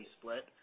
split